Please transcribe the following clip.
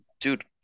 dude